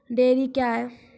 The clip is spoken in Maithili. डेयरी क्या हैं?